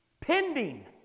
Pending